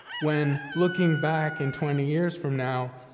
when, looking back in twenty years from now,